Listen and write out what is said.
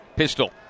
pistol